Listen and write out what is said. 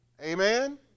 amen